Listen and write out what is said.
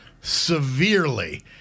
severely